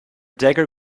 dagger